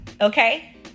Okay